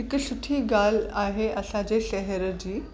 हिकु सुठी ॻाल्ह आहे असांजे शहर जी